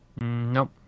Nope